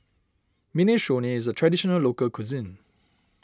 Minestrone is a Traditional Local Cuisine